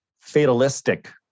Fatalistic